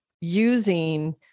using